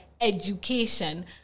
education